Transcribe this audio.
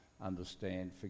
understand